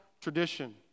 tradition